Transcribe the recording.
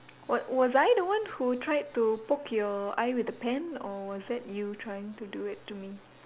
wa~ was I the one who tried to poke your eye with a pen or was that you trying to do it to me